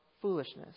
foolishness